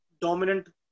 dominant